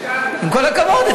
עם כל הכבוד,